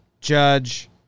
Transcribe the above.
Judge